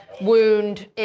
wound